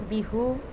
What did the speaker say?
Bihu